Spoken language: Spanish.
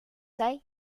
hay